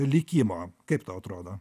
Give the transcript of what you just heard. likimo kaip tau atrodo